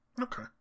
Okay